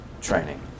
training